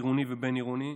עירוני ובין-עירוני,